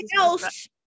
else